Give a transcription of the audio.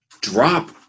drop